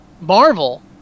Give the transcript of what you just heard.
Marvel